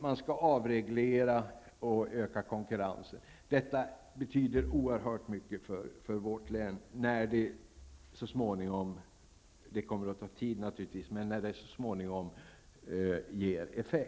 Man skall avreglera och öka konkurrensen. Detta betyder oerhört mycket för vårt län när det så småningom ger effekt -- det kommer naturligtvis att ta tid.